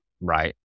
right